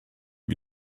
wir